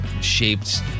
shaped